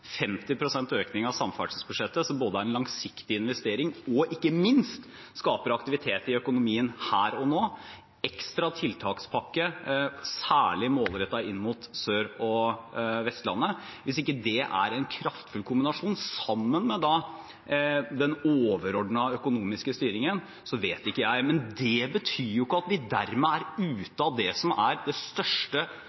økning av samferdselsbudsjettet, som både er en langsiktig investering og ikke minst skaper aktivitet i økonomien her og nå, og en ekstra tiltakspakke særlig målrettet inn mot Sør- og Vestlandet, er en kraftfull kombinasjon med den overordnede økonomiske styringen, så vet ikke jeg. Men det betyr ikke at vi dermed er